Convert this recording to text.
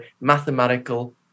mathematical